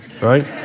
Right